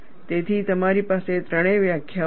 તેથી તમારી પાસે ત્રણેય વ્યાખ્યાઓ છે